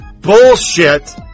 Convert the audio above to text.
Bullshit